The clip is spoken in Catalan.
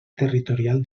territorial